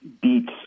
Beats